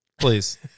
Please